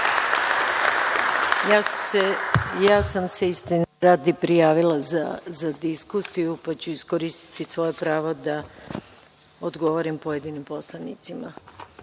ja sam se prijavila za diskusiju, pa ću iskoristiti svoje pravo da odgovorim pojedinim poslanicima,